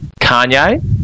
Kanye